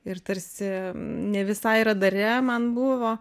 ir tarsi ne visai radare man buvo